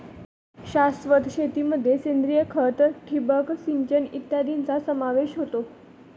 शाश्वत शेतीमध्ये सेंद्रिय खत, ठिबक सिंचन इत्यादींचा समावेश होतो